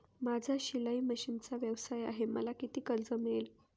माझा शिलाई मशिनचा व्यवसाय आहे मला किती कर्ज मिळेल?